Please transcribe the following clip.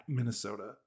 Minnesota